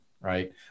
right